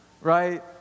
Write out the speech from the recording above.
right